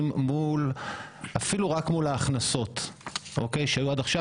מול אפילו רק מול ההכנסות שהיו עד עכשיו.